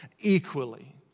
equally